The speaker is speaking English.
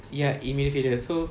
ya immediately failure so